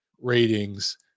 ratings